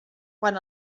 quan